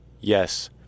yes